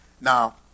Now